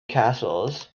castles